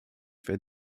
wer